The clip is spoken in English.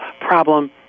problem